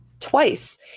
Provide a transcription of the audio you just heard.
Twice